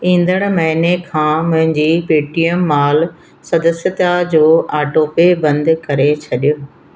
ईंदड़ महिने खां मुंहिंजी पेटीएम माॅल सदस्यता जो ऑटोपे बंदि करे छॾियो